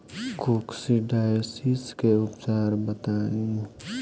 Coccidiosis के उपचार बताई?